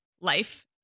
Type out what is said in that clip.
life